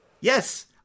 Yes